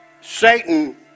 Satan